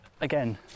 again